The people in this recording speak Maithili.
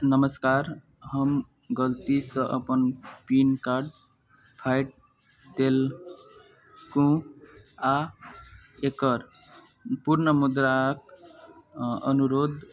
नमस्कार हम गलतीसे अपन पिन कार्ड फाड़ि देलहुँ आओर एकर पूर्ण मुद्राके अनुरोध